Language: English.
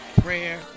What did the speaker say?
prayer